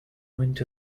winter